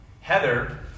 Heather